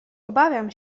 obawiam